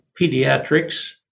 Pediatrics